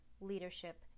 leadership